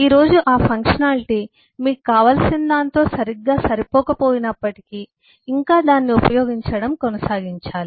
ఈ రోజు ఆ ఫంక్షనాలిటీ మీకు కావాల్సిన దానితో సరిగ్గా సరిపోక పోయినప్పటికీ ఇంకా దాన్ని ఉపయోగించడం కొనసాగించాలి